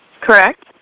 Correct